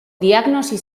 diagnosi